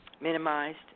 minimized